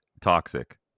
toxic